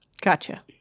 Gotcha